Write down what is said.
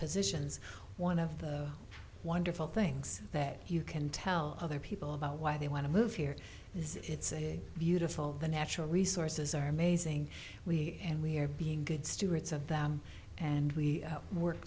positions one of the wonderful things that you can tell other people about why they want to live here is it's a beautiful the natural resources are amazing we and we're being good stewards of them and we work